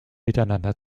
miteinander